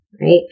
right